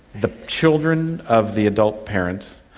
the children of the adult parents,